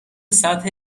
سطح